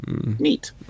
Neat